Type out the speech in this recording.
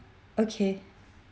okay